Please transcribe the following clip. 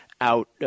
out